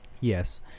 Yes